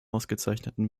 ausgezeichneten